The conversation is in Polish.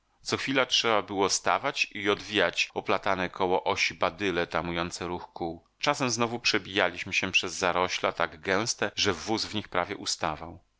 co chwila trzeba było stawać i odwijać oplatane koło osi badyle tamujące ruch kół czasem znowu przebijaliśmy się przez zarośla tak gęste że wóz w nich prawie ustawał